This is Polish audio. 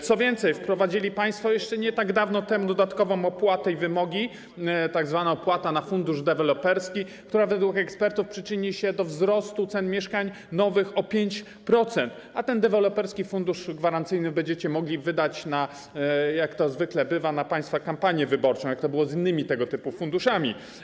Co więcej, wprowadzili państwo jeszcze nie tak dawano temu dodatkowe wymogi i tzw. opłatę na fundusz deweloperski, która według ekspertów przyczyni się do wzrostu cen nowych mieszkań o 5%, a ten deweloperski fundusz gwarancyjny będziecie mogli wydać, jak to zwykle bywa, na swoją kampanię wyborczą, jak to było z innymi tego typu funduszami.